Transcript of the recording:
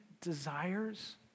desires